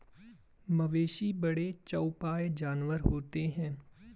मवेशी बड़े चौपाई जानवर होते हैं